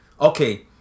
Okay